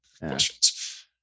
questions